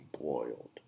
boiled